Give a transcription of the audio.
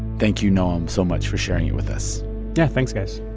thank you, noam, so much for sharing you with us yeah. thanks, guys